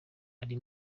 uri